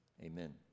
amen